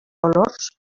olors